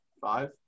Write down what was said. five